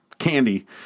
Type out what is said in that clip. Candy